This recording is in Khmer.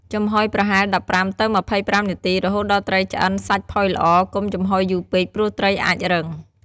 ចំហុយប្រហែល ១៥ទៅ២៥ នាទី រហូតដល់ត្រីឆ្អិនសាច់ផុយល្អ កុំចំហុយយូរពេក ព្រោះត្រីអាចរឹង។